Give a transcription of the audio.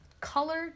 color